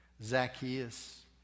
Zacchaeus